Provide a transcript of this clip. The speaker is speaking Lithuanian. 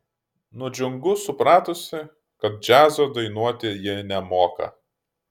nudžiungu supratusi kad džiazo dainuoti ji nemoka